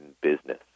business